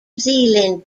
zealand